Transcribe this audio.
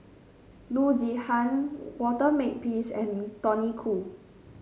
Loo Zihan Walter Makepeace and Tony Khoo